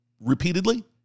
repeatedly